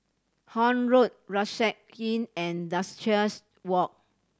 Horne Road Rucksack Inn and Duchess Walk